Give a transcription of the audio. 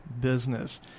business